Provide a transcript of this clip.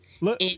look